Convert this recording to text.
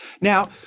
Now